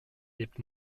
lebt